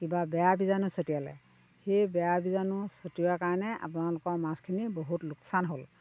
কিবা বেয়া বীজাণু ছটিয়ালে সেই বেয়া বীজাণু ছটিওৱা কাৰণে আপোনালোকৰ মাছখিনি বহুত লোকচান হ'ল